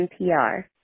NPR